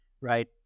right